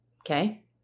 Okay